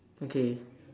okay